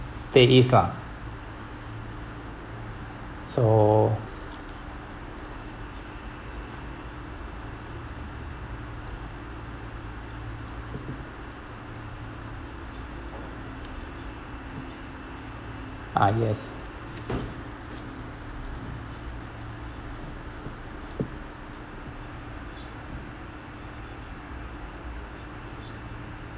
stay is lah so ah yes